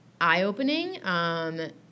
eye-opening